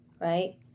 right